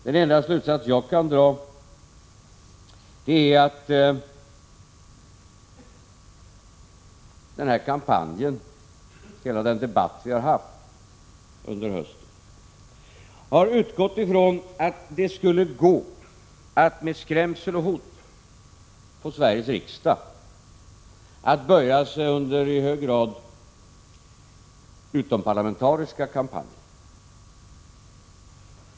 Den enda slutsats jag kan dra är att den kampanj och hela den debatt vi har haft under hösten har utgått ifrån att det skulle gå att med skrämsel och hot få Sveriges riksdag att böja sig under i hög grad utomparlamentariska kampanjer.